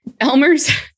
elmer's